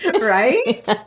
right